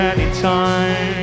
Anytime